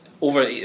over